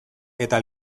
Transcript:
eta